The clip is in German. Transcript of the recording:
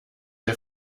der